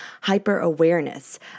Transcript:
hyper-awareness